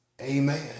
Amen